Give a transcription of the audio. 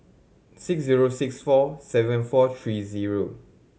six zero six four seven four three zero